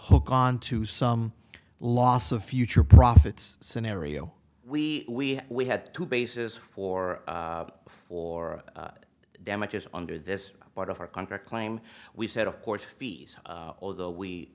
hook onto some loss of future profits scenario we we we had two bases for for damages under this part of our contract claim we said of court fees although we